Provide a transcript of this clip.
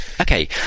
Okay